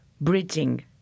bridging